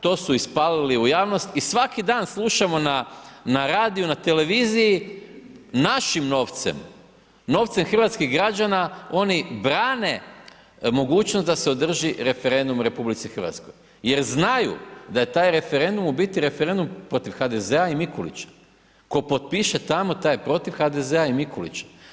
To su ispalili u jasnost i svaki dan slušamo na radiju, na televiziji našim novcem, novcem hrvatskih građana, oni brane mogućnost da se održi referendum u RH, jer znaju da je taj referendum u biti referendum protiv HDZ-a i Mikulića, tko potpiše tamo, taj je protiv HDZ-a i Mikulića.